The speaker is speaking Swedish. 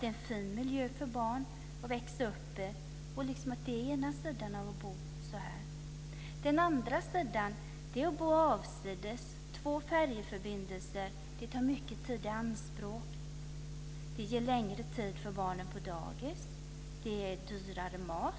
Det är en fin miljö för barn att växa upp i. Det är ena sidan av att bo så. Den andra sidan är att bo avsides. Man har två färjeförbindelser, vilket tar mycket tid i anspråk. Det ger barnen längre dagar på dagis, maten blir dyrare,